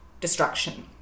destruction